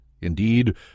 Indeed